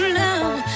love